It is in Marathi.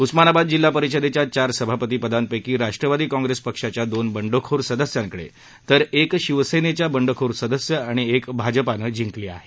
उस्मानाबाद जिल्हा परिषदेच्या चार सभापती पदांपैकी राष्ट्रवादी काँग्रेस पक्षाच्या दोन बंडखोर सदस्यांकडे तर एक शिवसेनेच्या बंडखोर सदस्य आणि एक भाजपनं जिंकली आहे